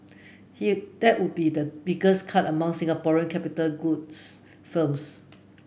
he that would be the biggest cut among Singaporean capital goods firms